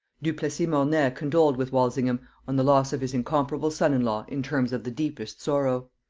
du plessis mornay condoled with walsingham on the loss of his incomparable son-in-law in terms of the deepest sorrow.